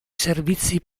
servizi